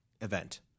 event